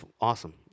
awesome